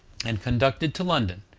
and conducted to london,